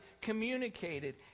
communicated